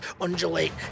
undulate